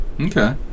Okay